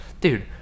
Dude